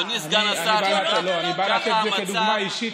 נתתי לך דוגמה אישית,